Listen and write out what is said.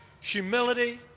humility